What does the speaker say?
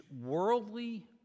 worldly